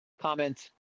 comment